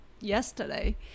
yesterday